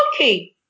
okay